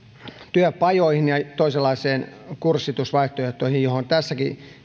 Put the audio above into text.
työpajoihin ja toisenlaisiin kurssitusvaihtoehtoihin ja tässäkin